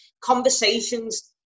conversations